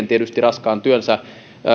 tietysti raskaan työnsä